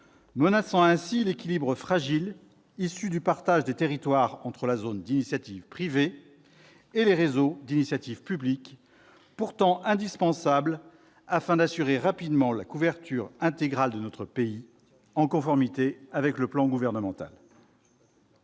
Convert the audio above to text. menaçant ainsi l'équilibre fragile issu du partage des territoires entre la zone d'initiative privée et les réseaux d'initiative publique, pourtant indispensable afin d'assurer rapidement la couverture intégrale de notre pays, en conformité avec le plan gouvernemental.